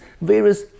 various